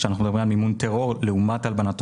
כאשר אנחנו מדברים על מימון טרור לעומת הלבנת